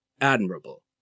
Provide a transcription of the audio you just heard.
admirable